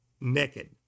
naked